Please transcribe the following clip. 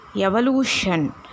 evolution